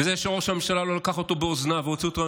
זה שראש הממשלה לא לקח אותו באוזניו והוציא אותו מהממשלה,